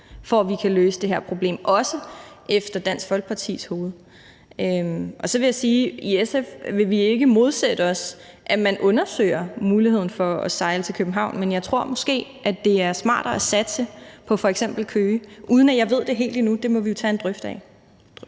for at vi kan løse det her problem – også efter Dansk Folkepartis hoved. Så vil jeg sige, at i SF vil vi ikke modsætte os, at man undersøger muligheden for at sejle til København, men jeg tror måske, det er smartere at satse på f.eks. Køge, uden at jeg ved det helt endnu. Det må vi jo tage en drøftelse